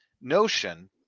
notion